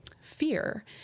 fear